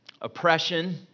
oppression